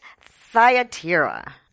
Thyatira